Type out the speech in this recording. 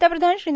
पंतप्रधान श्री